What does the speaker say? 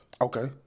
okay